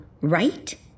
right